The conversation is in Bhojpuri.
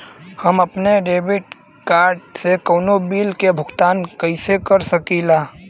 हम अपने डेबिट कार्ड से कउनो बिल के भुगतान कइसे कर सकीला?